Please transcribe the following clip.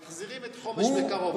מחזירים את חומש בקרוב,